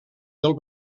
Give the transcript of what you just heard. del